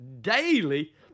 daily